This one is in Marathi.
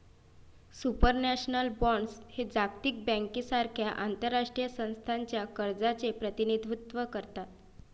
सुपरनॅशनल बॉण्ड्स हे जागतिक बँकेसारख्या आंतरराष्ट्रीय संस्थांच्या कर्जाचे प्रतिनिधित्व करतात